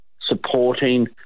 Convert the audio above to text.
supporting